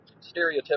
stereotypical